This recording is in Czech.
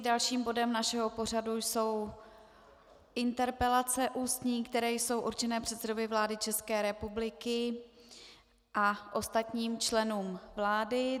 Dalším bodem našeho pořadu jsou interpelace ústní, které jsou určené předsedovi vlády České republiky a ostatním členům vlády.